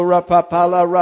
Rapapala